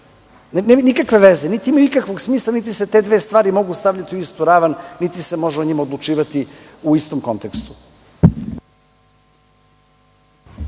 nikakve veze. Niti imaju nikakvog smisla, niti se te dve stvari mogu stavljati u istu ravan, niti se može o njima odlučivati u istom kontekstu.